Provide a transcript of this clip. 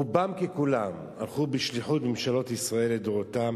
רובם ככולם הלכו בשליחות ממשלות ישראל לדורותיהן.